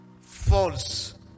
False